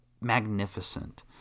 magnificent